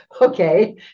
okay